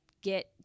get